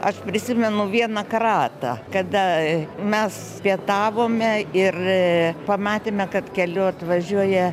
aš prisimenu vieną kratą kada mes pietavome ir pamatėme kad keliu atvažiuoja